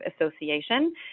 association